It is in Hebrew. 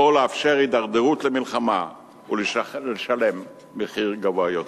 או לאפשר הידרדרות למלחמה ולשלם מחיר גבוה יותר.